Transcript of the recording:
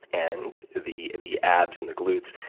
and the the abs and the gluts,